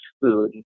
food